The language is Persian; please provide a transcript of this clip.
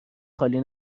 خالی